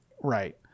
Right